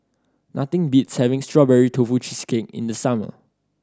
nothing beats having Strawberry Tofu Cheesecake in the summer